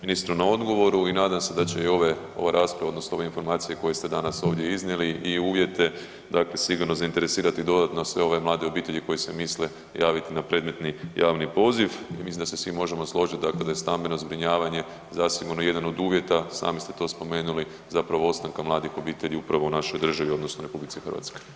ministru na odgovoru i nadam se da će i ova rasprava odnosno ove informacije koje ste danas ovdje iznijeli i uvjete dakle sigurno zainteresirati dodatno sve ove mlade obitelji koje se misle javiti na predmetni javni poziv i mislim da se svi možemo složiti da je stambeno zbrinjavanje zasigurno jedan od uvjeta, sami ste to spomenuli, zapravo ostanka mladih obitelji upravo u našoj državi odnosno RH.